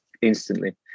instantly